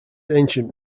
ancient